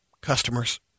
customers